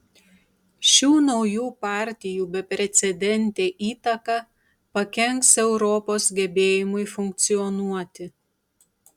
šių naujų partijų beprecedentė įtaka pakenks europos gebėjimui funkcionuoti